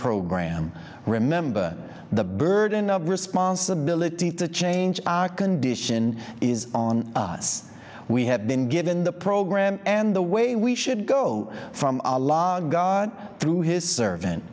program remember the burden of responsibility to change our condition is on us we have been given the program and the way we should go from a law god through his servant